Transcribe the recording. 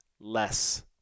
less